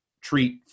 treat